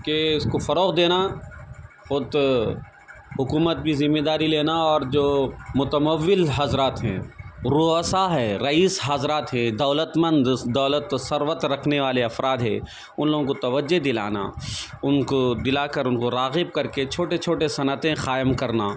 کہ اس کو فروغ دینا خود حکومت بھی ذمّہ داری لینا اور جو متمول حضرات ہیں رؤسا ہیں رئیس حضرات ہیں دولت مند دولت و ثروت رکھنے والے افراد ہے ان لوگوں کو توجہ دلانا ان کو دلا کر ان کو راغب کر کے چھوٹے چھوٹے صنعتیں قائم کرنا